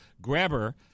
grabber